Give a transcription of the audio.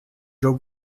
joe